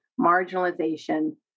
marginalization